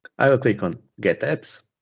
i will click on get apps.